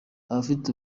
abafite